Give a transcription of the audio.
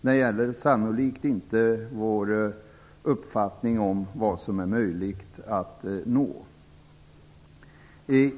Den gäller sannolikt inte vår uppfattning om vad som är möjligt att nå.